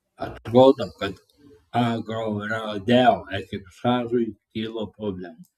atrodo kad agrorodeo ekipažui kilo problemų